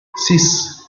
six